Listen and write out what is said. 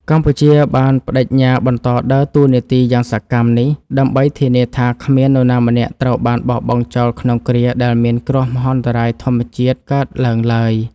កម្ពុជាបានប្តេជ្ញាបន្តដើរតួនាទីយ៉ាងសកម្មនេះ ដើម្បីធានាថាគ្មាននរណាម្នាក់ត្រូវបានបោះបង់ចោលក្នុងគ្រាដែលមានគ្រោះមហន្តរាយធម្មជាតិកើតឡើងឡើយ។